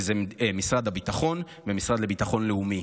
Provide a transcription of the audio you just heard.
וזה משרד הביטחון והמשרד לביטחון לאומי.